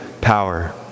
power